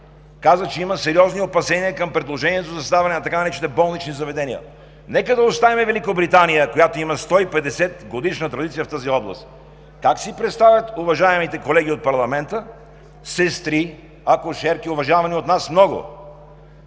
каза, че има сериозни опасения към предложението за създаване на така наречените болнични заведения. Нека да оставим Великобритания, която има 150-годишна традиция в тази област. Как си представят уважаемите колеги от парламента сестри, акушерки – уважавани от нас много,